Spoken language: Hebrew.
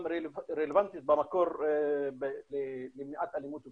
רלוונטית במקור למניעת אלימות ופשיעה,